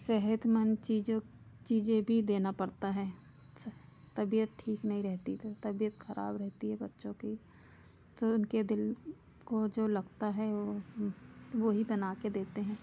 सेहतमंद चीज़ों चीज़ें भी देना पड़ता है तबियत ठीक नहीं रहती तो तबियत ख़राब रहती है बच्चों की तो उनके दिल को जो लगता है वह वही बनाकर देते हैं